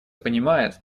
понимает